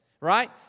right